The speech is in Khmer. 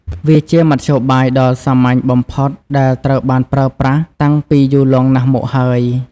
វាជាមធ្យោបាយដ៏សាមញ្ញបំផុតដែលត្រូវបានប្រើប្រាស់តាំងពីយូរលង់ណាស់មកហើយ។